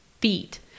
feet